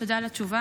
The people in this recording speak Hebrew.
תודה על התשובה.